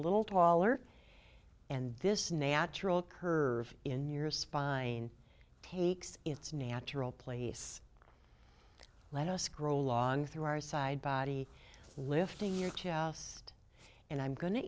little taller and this natural curve in your spine takes its natural place let us grow long through our side body lifting your chest and i'm going to